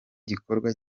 gikorwa